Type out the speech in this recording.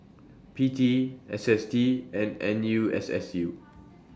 P T S S T and N U S S U